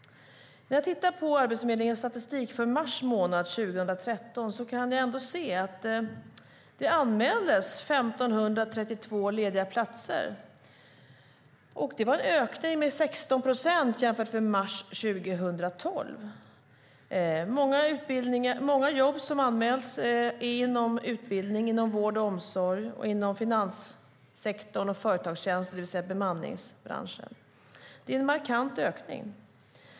När jag tittar på Arbetsförmedlingens statistik för mars månad 2013 kan jag ändå se att det anmäldes 1 532 lediga platser. Det var en ökning med 16 procent jämfört med mars 2012. Många jobb som anmäls är inom utbildning, vård och omsorg, finanssektorn och företagstjänster, det vill säga bemanningsbranschen. Det är en markant ökning.